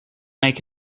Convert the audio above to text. make